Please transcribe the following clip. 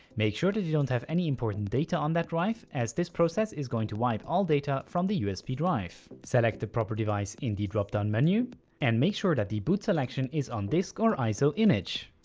make sure that you don't have any important data on that drive as this process is going to wipe all data from the usb drive. select the proper device in the drop-down menu and make sure that the boot selection is on disk or iso image.